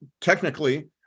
technically